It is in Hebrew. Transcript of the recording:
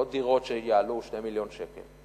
לא דירות שיעלו 2 מיליוני שקל.